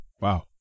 Wow